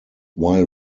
while